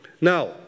Now